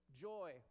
joy